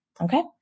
okay